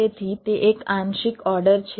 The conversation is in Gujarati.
તેથી તે એક આંશિક ઓર્ડર છે